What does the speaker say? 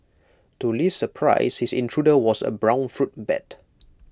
to Li's surprise his intruder was A brown fruit bat